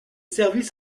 services